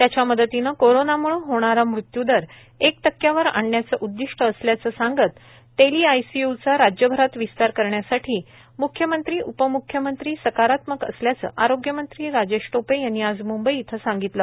त्याच्या मदतीने कोरोनाम्ळे होणारा मृत्यूदर एक टक्क्यावर आणण्याचे उद्दिष्ट असल्याचे सांगत टेली आयसीयूचा राज्यभरात विस्तार करण्यासाठी म्ख्यमंत्री उपम्ख्यमंत्री सकारात्मक असल्याचे आरोग्यमंत्री राजेश टोपे यांनी आज म्ंबई येथे सांगितले